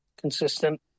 consistent